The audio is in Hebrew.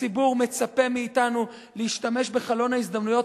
הציבור מצפה מאתנו להשתמש בחלון ההזדמנויות